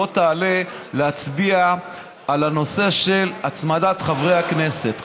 בוא תעלה להצביע על הנושא של הצמדה לחברי הכנסת,